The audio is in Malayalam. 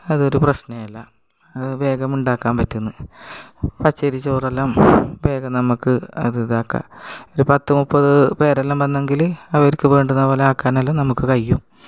അതൊരു പ്രശ്നമേ അല്ല അത് വേഗം ഉണ്ടാക്കാൻ പറ്റുന്നു പച്ചരി ചോറെല്ലാം വേഗം നമുക്ക് അത് ഇതാക്കുക ഒരു പത്ത് മുപ്പത് പേരെല്ലാം വന്നെങ്കിൽ അവർക്ക് വേണ്ടുന്നതു പോലെ ആക്കാനെല്ലാം നമുക്ക് കഴിയും